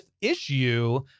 issue